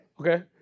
okay